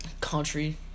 country